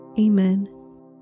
Amen